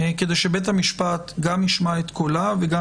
כדי שבית המשפט גם ישמע את קולה וגם